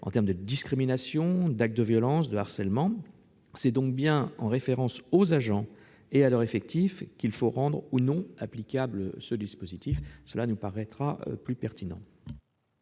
personnelle, discriminations, actes de violence, harcèlement. C'est donc bien en référence aux agents et à leur effectif qu'il faut rendre ou non applicable ce dispositif. Cela nous paraîtrait plus pertinent.